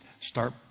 start